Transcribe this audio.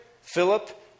Philip